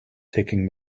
taking